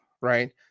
right